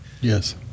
Yes